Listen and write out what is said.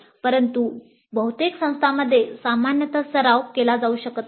परंतु बहुतेक संस्थांमध्ये सामान्यत सराव केला जाऊ शकत नाही